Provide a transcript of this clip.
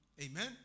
Amen